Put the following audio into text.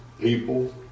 people